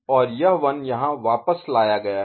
और यह 1 यहाँ वापस लाया गया है